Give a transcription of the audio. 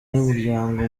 y’umuryango